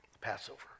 Passover